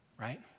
right